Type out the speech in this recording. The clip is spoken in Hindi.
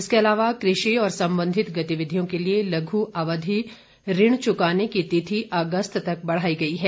इसके अलावा कृषि और संबंधित गतिविधियों के लिए लघु अवधि ऋण चुकाने की तिथि अगस्त तक बढ़ायी गई है